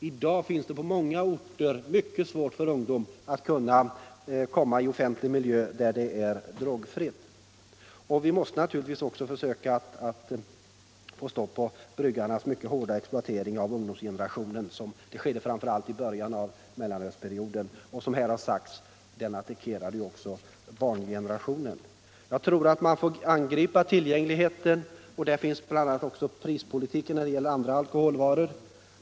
I dag är det på många orter mycket svårt för ungdom att komma till en offentlig miljö där det är drogfritt. Vi måste naturligtvis också försöka få stopp på bryggarnas mycket hårda exploatering av ungdomsgenerationen. Den exploateringen skedde framför allt i början av mellanölsperioden. Som här har sagts attackerade den ju också barngenerationen. Jag tror att man får angripa tillgängligheten, och i det sammanhanget aktualiseras också prispolitiken när det gäller andra alkoholvaror.